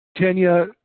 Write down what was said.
Tanya